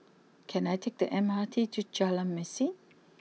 can I take the M R T to Jalan Mesin